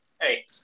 Hey